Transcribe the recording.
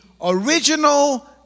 original